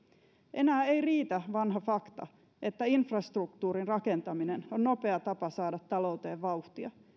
enää ei riitä vanha fakta että infrastruktuurin rakentaminen on nopea tapa saada talouteen vauhtia